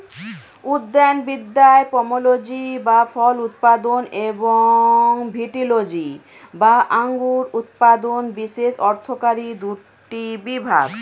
উদ্যানবিদ্যায় পোমোলজি বা ফল উৎপাদন এবং ভিটিলজি বা আঙুর উৎপাদন বিশেষ অর্থকরী দুটি বিভাগ